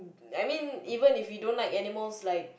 I mean even if we don't like animals like